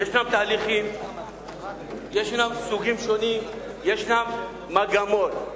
יש תהליכים, יש סוגים שונים, יש מגמות.